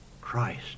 Christ